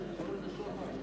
נמנעים.